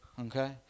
Okay